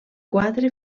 quatre